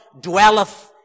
dwelleth